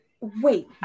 wait